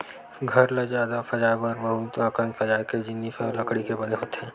घर ल सजाए बर बहुत अकन सजाए के जिनिस ह लकड़ी के बने होथे